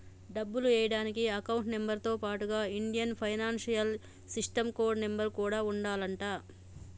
డబ్బులు ఎయ్యడానికి account number తో పాటుగా Indian financial system code number కూడా ఉండాలంట